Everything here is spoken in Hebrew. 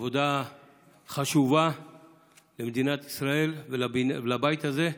עבודה חשובה למדינת ישראל ולבית הזה.